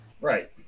Right